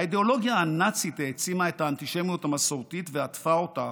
האידיאולוגיה הנאצית העצימה את האנטישמיות המסורתית ועטפה אותה,